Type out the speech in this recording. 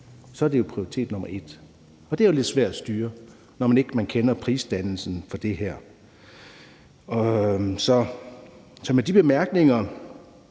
så er det prioritet nummer et. Og det er jo lidt svært at styre, når man ikke kender prisdannelsen for det her. Så med de bemærkninger